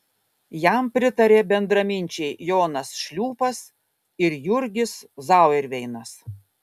jam pritarė bendraminčiai jonas šliūpas ir jurgis zauerveinas